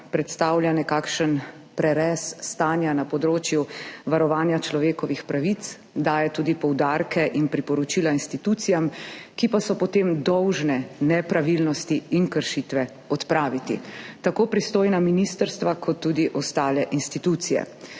predstavlja nekakšen prerez stanja na področju varovanja človekovih pravic, daje tudi poudarke in priporočila institucijam, ki pa so potem dolžne nepravilnosti in kršitve odpraviti, tako pristojna ministrstva kot tudi ostale institucije.